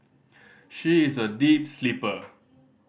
she is a deep sleeper